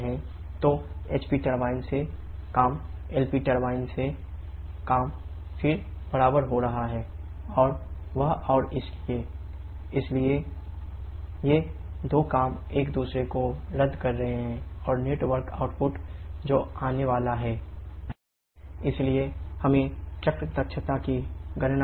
तो HP turbine से काम फिर बराबर हो रहा है WLPtcpgT8 T9 और वह और इसलिए WnetWLPtWHPt इसलिए WnetWLPtWHPt Wcshaft ये दो काम एक दूसरे को रद्द कर रहे हैं और नेट वर्क आउटपुट जो आने वाले हैं 𝑊𝑛𝑒𝑡 𝜂𝑠ℎ𝑎𝑓𝑡 1537𝑘𝐽𝑘𝑔 इसलिए हमें चक्र दक्षता की गणना करनी होगी